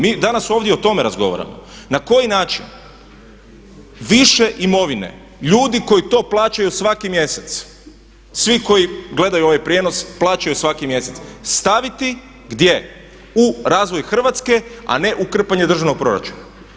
Mi danas ovdje o tome razgovaramo na koji način više imovine, ljudi koji to plaćaju svaki mjesec, svi koji gledaju ovaj prijenos plaćaju svaki mjesec, staviti gdje u razvoj Hrvatske a ne u krpanje državnog proračuna.